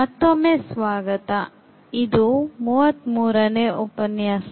ಮತ್ತೊಮ್ಮೆ ಸ್ವಾಗತ ಇದು 33ನೇ ಉಪನ್ಯಾಸ